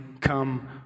come